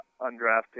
undrafted